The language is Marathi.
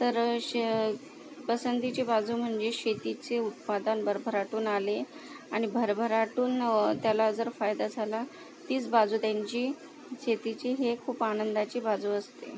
तर श पसंतीची बाजू म्हणजे शेतीचे उत्पादन भरभराटून आले आणि भरभराटून त्याला जर फायदा झाला तीच बाजू त्यांची शेतीची हे खूप आनंदाची बाजू असते